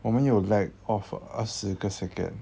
我们有 lack of 二十个 second